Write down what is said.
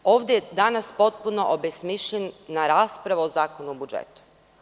Ovde je danas potpuno obesmišljena na raspravu o Zakonu o budžetu.